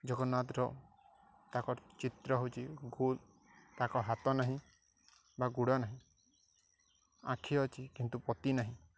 ଜଗନ୍ନାଥର ତାଙ୍କର ଚିତ୍ର ହେଉଛି ଗ ତାଙ୍କ ହାତ ନାହିଁ ବା ଗୋଡ଼ ନାହିଁ ଆଖି ଅଛି କିନ୍ତୁ ପତା ନାହିଁ